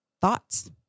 thoughts